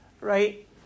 right